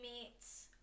meets